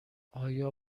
آیا